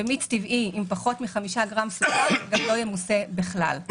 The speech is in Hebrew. מיץ טבעי עם פחות מ-5 גרם סוכר לא ימוסה בכלל.